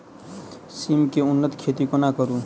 सिम केँ उन्नत खेती कोना करू?